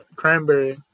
cranberry